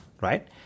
right